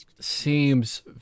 Seems